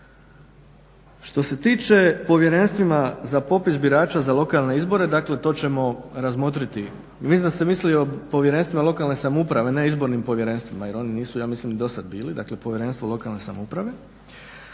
Što se tiče povjerenstvima za popis birača za lokalne izbore, dakle to ćemo razmotriti. Mislim da ste mislili o povjerenstvima lokalne samouprave ne izbornim povjerenstvima jer oni nisu ja mislim ni dosad bili, dakle povjerenstva lokalne samouprave.